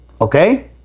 Okay